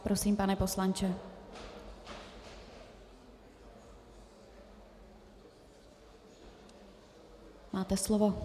Prosím, pane poslanče, máte slovo.